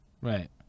Right